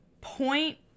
point